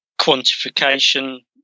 quantification